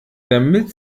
damit